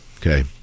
Okay